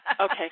Okay